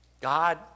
God